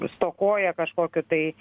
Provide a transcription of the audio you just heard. stokoja kažkokių tai